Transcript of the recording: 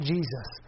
Jesus